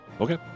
Okay